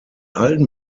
alten